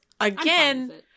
Again